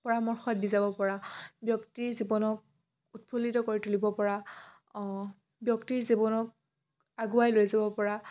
পৰামৰ্শ দি যাব পৰা ব্যক্তিৰ জীৱনক উৎফুল্লিত কৰি তুলিব পৰা অঁ ব্যক্তিৰ জীৱনক আগুৱাই লৈ যাব পৰা